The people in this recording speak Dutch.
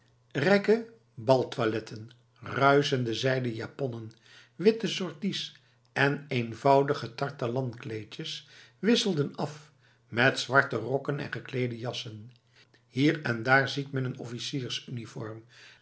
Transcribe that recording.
rijke baltoiletten ruischende zijden japonnen witte sorties en eenvoudige tarlatan kleedjes wisselen af met zwarte rokken en gekleede jassen hier en daar ziet men een